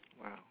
Wow